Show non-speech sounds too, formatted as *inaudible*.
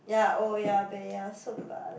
ya oya-beh-ya-som *noise*